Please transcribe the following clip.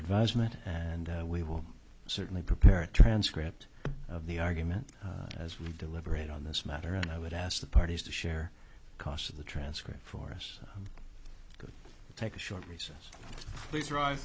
advisement and we will certainly prepare a transcript of the argument as we deliberate on this matter and i would ask the parties to share the costs of the transcript for us to take a short recess